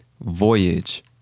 Voyage